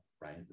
right